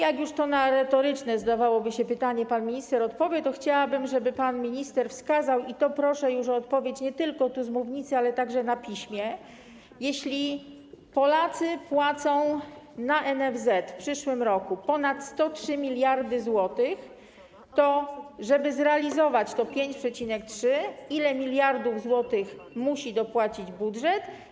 Jak już na to retoryczne, zdawałoby się, pytanie pan minister odpowie, to chciałabym, żeby pan minister wskazał, i proszę o odpowiedź nie tylko z mównicy, ale także na piśmie: Jeśli Polacy wpłacą na NFZ w przyszłym roku ponad 103 mld zł, to żeby zrealizować te 5,3%, ile miliardów złotych musi dopłacić budżet?